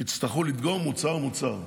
יצטרכו לדגום מוצר-מוצר.